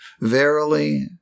Verily